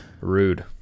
Rude